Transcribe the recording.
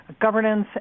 governance